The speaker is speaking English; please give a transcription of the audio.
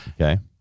Okay